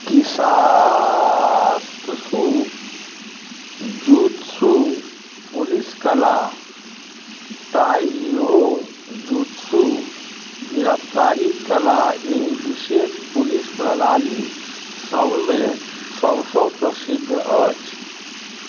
कीसास्तत्सु जुत्सु पुलिस कला ताइहो जुत्सु गिरफ्तारी कला एहि विशेष पुलिस प्रणालीसबमे सबसँ प्रसिद्ध अछि